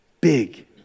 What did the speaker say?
Big